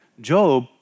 Job